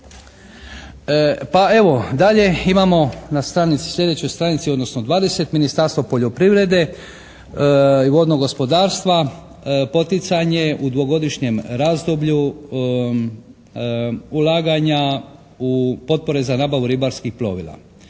Pa evo dalje imamo na stranici, sljedećoj stranici odnosno 20. Ministarstvo poljoprivrede i vodnog gospodarstva, poticanje u dvogodišnjem razdoblju ulaganja u potpore za nabavu ribarskih plovila.